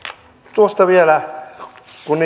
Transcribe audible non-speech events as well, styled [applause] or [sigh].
tuosta vielä kun [unintelligible]